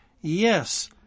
Yes